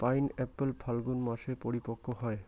pineapple ফাল্গুন মাসে পরিপক্ব হয়